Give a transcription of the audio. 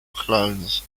clones